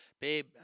babe